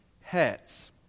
heads